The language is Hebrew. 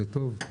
זה טוב.